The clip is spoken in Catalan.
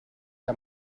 que